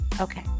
okay